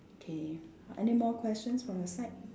okay any more questions from your side